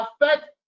affect